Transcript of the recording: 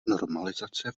normalizace